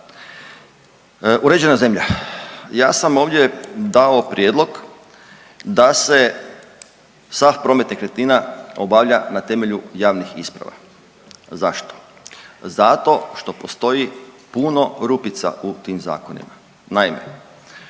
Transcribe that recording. Uređena zemlja, ja sam ovdje dao prijedlog da se sav promet nekretnina obavlja na temelju javnih isprava. A zašto? Zato što postoji puno rupica u tim zakonima.